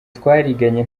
twariganye